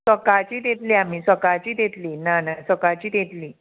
सकाळचीच येतली आमी सकाळचीत येतली ना ना सकाळचीच येतली